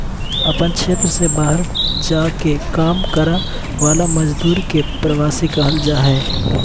अपन क्षेत्र से बहार जा के काम कराय वाला मजदुर के प्रवासी कहल जा हइ